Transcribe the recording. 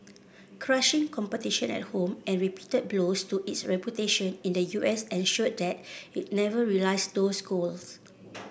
crushing competition at home and repeated blows to its reputation in the U S ensured that it never realised those goals